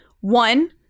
One